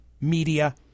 media